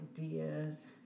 ideas